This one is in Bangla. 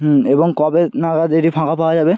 হুম এবং কবে নাগাদ এটি ফাঁকা পাওয়া যাবে